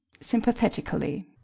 sympathetically